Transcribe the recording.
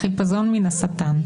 החיפזון מן השטן.